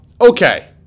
Okay